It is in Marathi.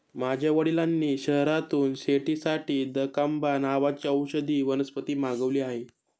माझ्या वडिलांनी शहरातून शेतीसाठी दकांबा नावाची औषधी वनस्पती मागवली आहे